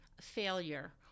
failure